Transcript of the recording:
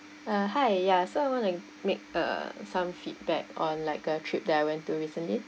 uh hi ya so I want to make uh some feedback on like a trip that I went to recently